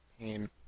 pain